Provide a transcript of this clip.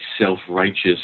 self-righteous